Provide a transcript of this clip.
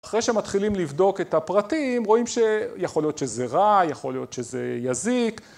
אחרי שמתחילים לבדוק את הפרטים, רואים שיכול להיות שזה רע, יכול להיות שזה יזיק.